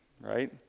right